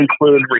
include